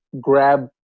grab